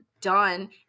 done